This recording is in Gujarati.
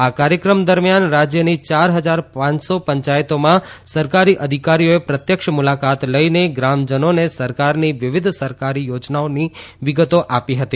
આ કાર્યક્રમ દરમ્યાન રાજયની ચાર ફજાર પાંચસો પંચાયતોમાં સરકારી અધિકારીઓએ પ્રત્યક્ષ મુલાકાત લઈને ગ્રામજનોને સરકારની વિવિધ યોજનાઓની વિગતો આપી હતી